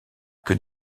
que